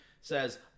says